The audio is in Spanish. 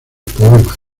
poema